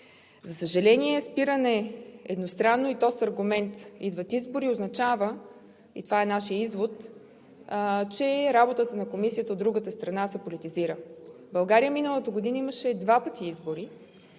За съжаление, спиране едностранно, и то с аргумент, че идват избори, означава – и това е нашият извод, че работата на Комисията от другата страна се политизира. В България миналата година имаше два пъти избори